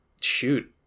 Shoot